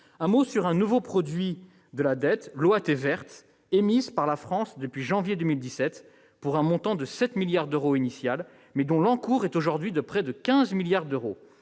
un mot sur un nouveau produit de la dette : l'OAT verte. Émise par la France depuis janvier 2017 pour un montant initial de 7 milliards d'euros, mais dont l'encours atteint aujourd'hui presque 15 milliards d'euros.